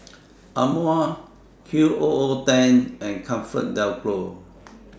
Amore Qoo ten and ComfortDelGro